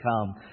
come